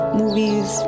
movies